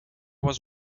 was